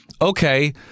okay